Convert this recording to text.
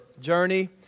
journey